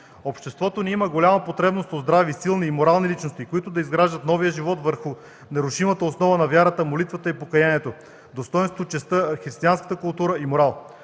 Обществото ни има голяма потребност от здрави, силни и морални личности, които да изграждат новия живот върху нерушимата основа на вярата, молитвата и покаянието, достойнството, честта, християнската култура и морал.